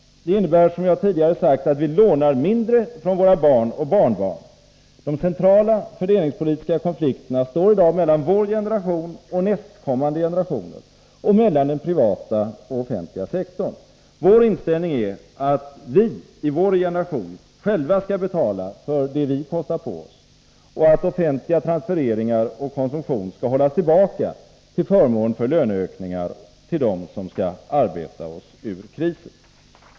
De innebär, som jag tidigare sagt, att vi lånar mindre från våra barn och barnbarn. De centrala fördelningspolitiska konflikterna står i dag mellan vår generation och nästkommande generationer och mellan den privata och den offentliga sektorn. Vår inställning är att vi i vår generation själva skall betala för det vi kostar på oss och att offentliga transfereringar och konsumtion skall hållas tillbaka till förmån för löneök ningar till dem som skall arbeta oss ur krisen.